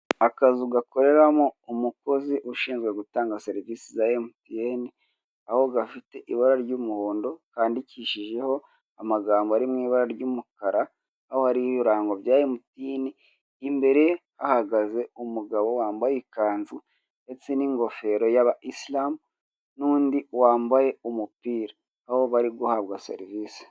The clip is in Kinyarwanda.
Akuzu gakoreramo umukozi ushinzwe gutanga serivise za emutiyene aho gafite ibara ry'umuhondo kandikishijeho amagambo ari mu ibar ry'umukara, aho hariho ibirango bya emutiyrme imbere hahaza umuhabo wambaye ikanzu ndetse n'ingofero ya isiramu ndetse n'undi wambaye umupira aho bari guhabwa serivise.